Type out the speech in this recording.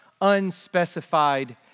unspecified